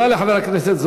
לא משעמם פה בכלל.